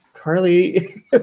Carly